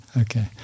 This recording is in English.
okay